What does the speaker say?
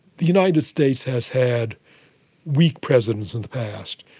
the united states has had weak presidents in the past,